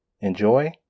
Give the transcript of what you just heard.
Enjoy